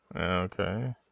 Okay